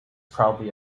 probably